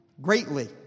greatly